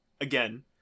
again